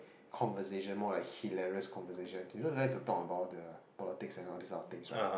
conversation more like hilarious conversation do you know he like to talk about the politic and all this of things right